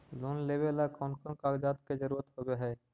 Loan लेबे ला कौन कौन कागजात के जरुरत होबे है?